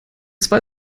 zwei